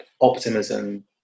optimism